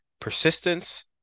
Persistence